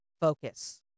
focus